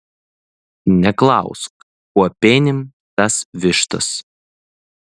neklausk kuo penim tas vištas